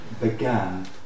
began